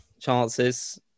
chances